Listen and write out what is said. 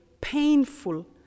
painful